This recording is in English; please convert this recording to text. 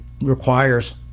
requires